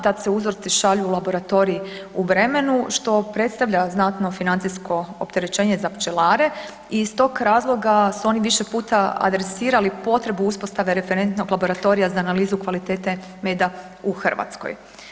Tad se uzorci šalju u laboratorij u Bremenu, što predstavlja znatno financijsko opterećenje za pčelare i iz tog razloga su oni više puta adresirali potrebu uspostave referentnog laboratorija za analizu kvalitete meda u Hrvatskoj.